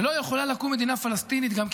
ולא יכולה לקום מדינה פלסטינית גם,